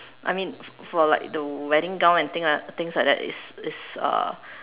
I mean f~ for like the wedding gown and thing uh things like that is is uh